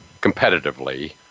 competitively